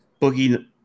Boogie